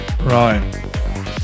Right